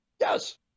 Yes